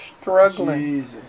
struggling